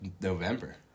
November